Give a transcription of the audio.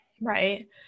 right